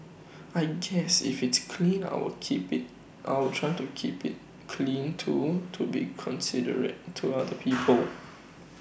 I guess if it's clean I will keep IT I will try to keep IT clean too to be considerate to other people